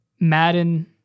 Madden